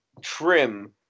trim